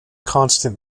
constant